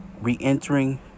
re-entering